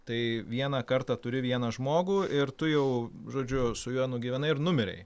tai vieną kartą turi vieną žmogų ir tu jau žodžiu su juo nugyvenai ir numirei